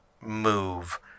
move